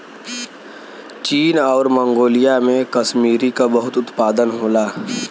चीन आउर मन्गोलिया में कसमीरी क बहुत उत्पादन होला